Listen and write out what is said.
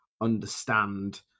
understand